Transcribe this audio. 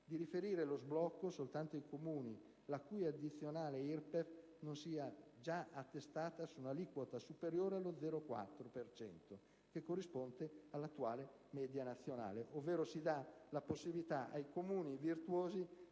di riferire lo sblocco soltanto ai Comuni la cui addizionale IRPEF non sia già attestata su un'aliquota superiore allo 0,4 per cento, che corrisponde all'attuale media nazionale: ovvero, si dà la possibilità ai Comuni virtuosi di esercitare